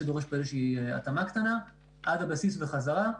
שדורש התאמה קטנה, עד הבסיס וחזרה.